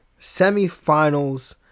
semifinals